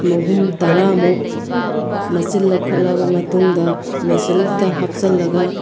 ꯃꯍꯨꯝ ꯇꯔꯥꯃꯨꯛ ꯃꯆꯤꯟ ꯂꯧꯈꯠꯂꯕ ꯃꯇꯨꯡꯗ ꯃꯦꯆꯤꯟꯗꯨꯗ ꯍꯥꯞꯆꯤꯜꯂꯒ